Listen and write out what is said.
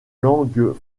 langues